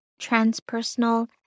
transpersonal